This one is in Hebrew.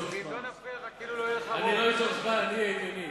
אני לא אמשוך זמן, אהיה ענייני.